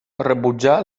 rebutjà